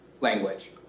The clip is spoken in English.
language